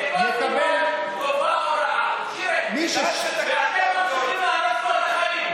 שירתו, ואתם ממשיכים להרוס לו את הבתים.